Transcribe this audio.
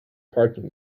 parking